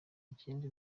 ikindi